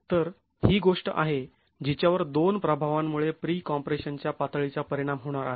तर ही अशी गोष्ट आहे जिच्यावर दोन प्रभावांमुळे प्रीकॉम्प्रेशनच्या पातळीचा परिणाम होणार आहे